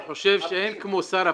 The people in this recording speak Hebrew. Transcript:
אריה --- אני חושב שאין כמו שר הפנים,